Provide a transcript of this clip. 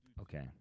Okay